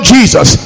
Jesus